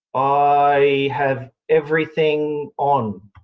i have everything on.